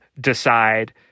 decide